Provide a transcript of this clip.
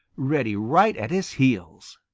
reddy right at his heels!